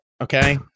okay